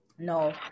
No